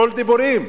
הכול דיבורים.